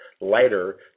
lighter